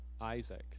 Isaac